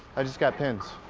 i just got pins.